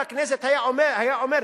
בכנסת היה אומר,